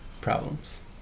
problems